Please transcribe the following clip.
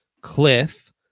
cliff